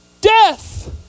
death